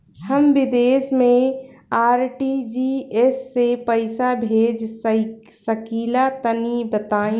हम विदेस मे आर.टी.जी.एस से पईसा भेज सकिला तनि बताई?